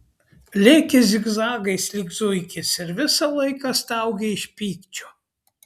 lėkė zigzagais lyg zuikis ir visą laiką staugė iš pykčio